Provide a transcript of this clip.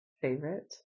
favorite